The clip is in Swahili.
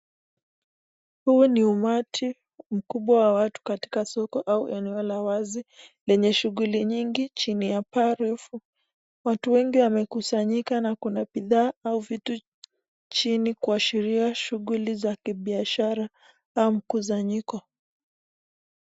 Huu ni umati mkubwa wa watu katika soko au eneo la wazi lenye shughuli nyingi chini ya paa refu. Watu wengi wamekusanyika na kuna bidhaa au vitu chini kuashiria shughuli za kibiashara au mkusanyiko.